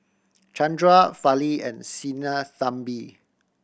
Chandra Fali and Sinnathamby